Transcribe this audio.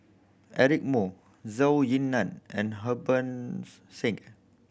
Eric Moo Zhou Ying Nan and Harbans Singh